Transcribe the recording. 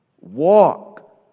walk